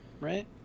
right